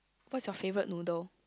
what's you favourite noodle